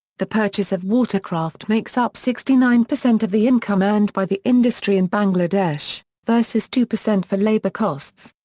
the purchase of water-craft makes up sixty nine percent of the income earned by the industry in bangladesh, versus two percent for labour costs.